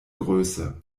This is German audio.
größe